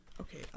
okay